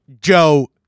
Joe